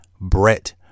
Brett